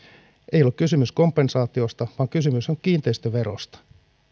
ei ollut kysymys kompensaatiosta vaan kysymys on kiinteistöverosta